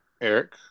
Eric